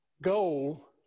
goal